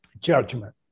judgment